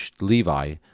Levi